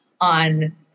on